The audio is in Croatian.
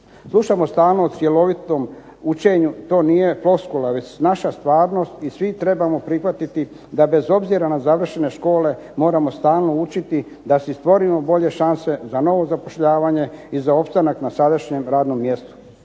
Slušamo stalno o cjelovitom učenju. To nije floskula već naša stvarnost i svi trebamo prihvatiti da bez obzira na završene škole moramo stalno učiti da si stvorimo bolje šanse za novo zapošljavanje i za opstanak na sadašnjem radnom mjestu.